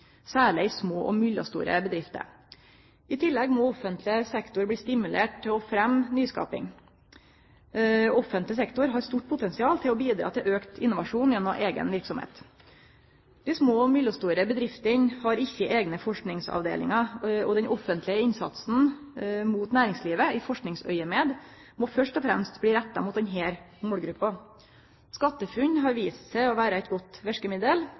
særleg i små og mellomstore bedrifter. I tillegg må offentleg sektor bli stimulert til å fremme nyskaping. Offentleg sektor har stort potensial til å bidra til auka innovasjon gjennom eiga verksemd. Dei små og mellomstore bedriftene har ikkje eigne forskingsavdelingar, og den offentlege innsatsen mot næringslivet må i forskingsaugneméd først og fremst bli retta mot denne målgruppa. SkatteFUNN har vist seg å vere eit godt verkemiddel,